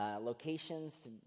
locations